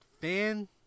fan